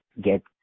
get